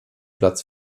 platz